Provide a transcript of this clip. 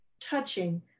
touching